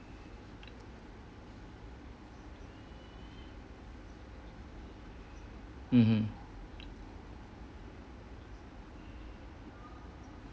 mmhmm